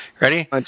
Ready